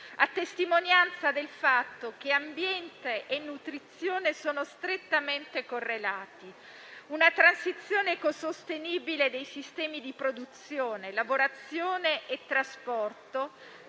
a testimonianza del fatto che ambiente e nutrizione sono strettamente correlati. Una transizione ecosostenibile dei sistemi di produzione, lavorazione e trasporto